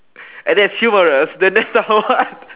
and that's humorous then that's the what